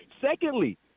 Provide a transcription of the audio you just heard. Secondly